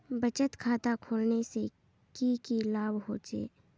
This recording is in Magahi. बचत खाता खोलने से की की लाभ होचे?